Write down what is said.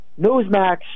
Newsmax